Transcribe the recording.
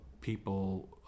people